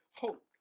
hope